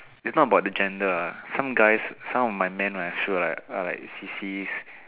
it's not about the gender ah some guys some of my men right I feel like are like sissies